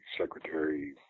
secretary